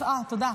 תודה.